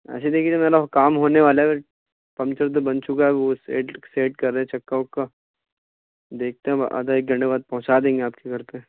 اچھا دیکھیے ادھر میرا کام ہونے والا ہے بھائی پمچر تو بن چکا ہے وہ سیٹ سیٹ کر رہے ہیں چکا اکّا دیکھتے ہیں اب آدھا ایک گھنٹے بعد پہنچا دیں گے آپ کے گھر پہ